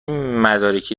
مدارکی